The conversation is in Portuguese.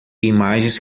imagens